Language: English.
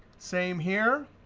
same here,